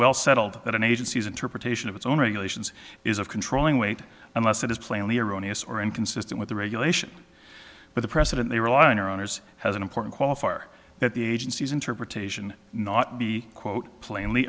well settled that an agency's interpretation of its own regulations is of controlling weight unless it is plainly erroneous or inconsistent with the regulation but the precedent they rely on or honors has an important qualifier that the agency's interpretation not be quote plainly